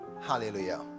hallelujah